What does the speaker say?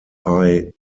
eye